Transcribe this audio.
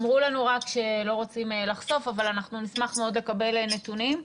אמרו לנו שלא רוצים לחשוף אבל אנחנו נשמח מאוד לקבל נתונים.